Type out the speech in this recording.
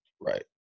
right